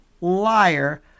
liar